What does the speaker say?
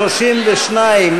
32,